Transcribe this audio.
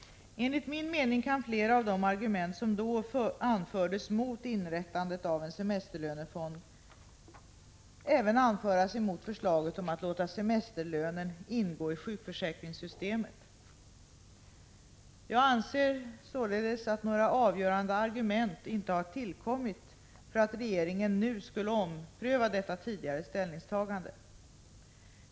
Enligt min mening kan flera av de argument som då anfördes mot inrättandet av en semesterlönefond även anföras mot förslaget att låta semesterlönen ingå i sjukförsäkringssystemet. Jag anser således att några avgörande argumentiinte har tillkommit för att regeringen nu skulle ompröva detta tidigare ställningstagande.